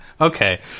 Okay